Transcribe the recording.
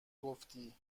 گفتی